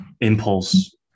impulse